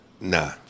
Nah